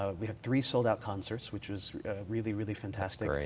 ah we had three sold-out concerts, which was really, really fantastic.